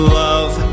love